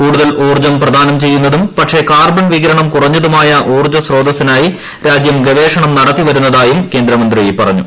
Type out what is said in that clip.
കൂടുതൽ ഊർജ്ജം പ്രദാനം ചെയ്യുന്നതും പക്ഷേ കാർബൺ വികിരണം കുറഞ്ഞതുമായ ഊർജ്ജ സ്രോതസിനായി രാജ്യം ഗവേഷണം നടത്തിവരുന്നതായും കേന്ദ്രമന്ത്രി പറഞ്ഞു